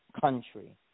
country